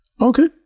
Okay